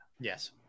Yes